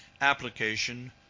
application